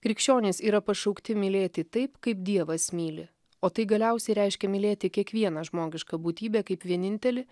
krikščionys yra pašaukti mylėti taip kaip dievas myli o tai galiausiai reiškia mylėti kiekvieną žmogišką būtybę kaip vienintelį